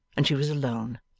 and she was alone.